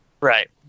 right